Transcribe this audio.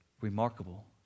remarkable